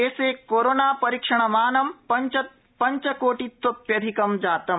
देशे कोरोणापरीक्षणमानं पंचकोटितोप्यधिकम् जातम्